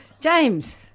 James